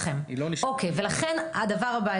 לכן הדבר הבא,